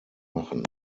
machen